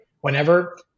Whenever